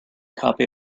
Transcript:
copy